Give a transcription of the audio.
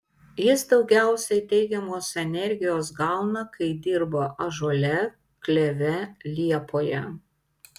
jis daugiausiai teigiamos energijos gauna kai dirba ąžuole kleve liepoje